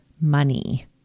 money